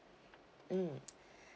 mm